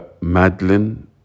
Madeline